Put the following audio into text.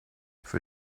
für